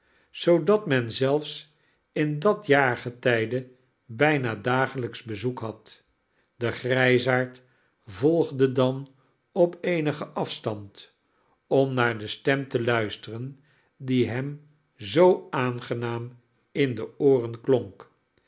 zoodat men zelfs in dat jaargetijde bijna dagelijks bezoek had de grijsaard volgde dan op eenigen afstand om naar de stem te luisteren die hem zoo aangenaam in de ooren klonk